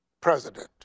president